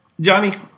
Johnny